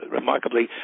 remarkably